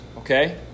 Okay